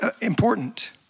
important